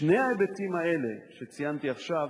שני ההיבטים האלה שציינתי עכשיו,